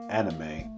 anime